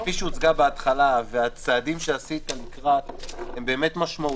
כפי שהוצגה בהתחלה והצעדים שעשית לקראת הם באמת משמעותיים.